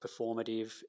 performative